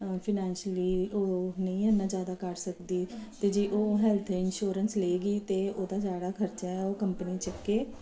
financially ਉਹ ਨਹੀਂ ਇੰਨਾ ਜ਼ਿਆਦਾ ਕਰ ਸਕਦੀ ਅਤੇ ਜੇ ਉਹ ਹੈਲਥ ਇੰਸ਼ੋਰੈਂਸ ਲਏਗੀ ਤਾਂ ਉਹਦਾ ਜਿਹੜਾ ਖਰਚਾ ਉਹ ਕੰਪਨੀ ਚੱਕੇ